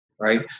right